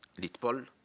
Litpol